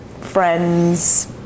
friends